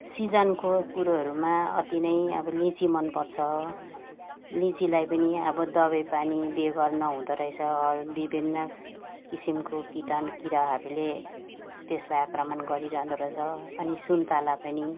सिजनको कुरोहरूमा अति नै अब लिची मन पर्छ लिचीलाई पनि अब दबाई पानी बेगर न हुँदो रहेछ विभिन्न किसिमको किटाणु किराहरूले त्यसलाई आक्रमण गरिरहँदो रहेछ अनि सुन्तला पनि